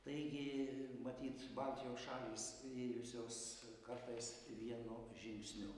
taigi matyt baltijos šalys ėjusios kartais vienu žingsniu